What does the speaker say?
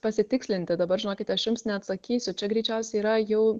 pasitikslinti dabar žinokite aš jums neatsakysiu čia greičiausiai yra jau